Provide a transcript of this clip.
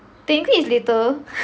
technically is later